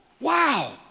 Wow